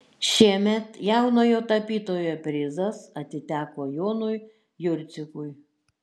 šiemet jaunojo tapytojo prizas atiteko jonui jurcikui